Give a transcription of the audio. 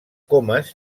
comes